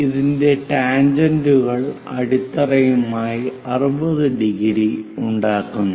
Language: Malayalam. ഇതിന്റെ ടാൻജെന്റുകൾ അടിത്തറയുമായി 60⁰ ഉണ്ടാക്കുന്നു